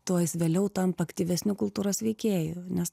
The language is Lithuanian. tuo jis vėliau tampa aktyvesniu kultūros veikėju nes